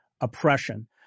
oppression